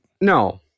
No